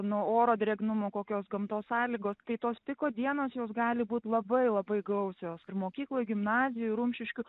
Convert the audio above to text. nuo oro drėgnumo kokios gamtos sąlygos kai tos piko dienos jos gali būt labai labai gausios ir mokykloj gimnazijoj rumšiškių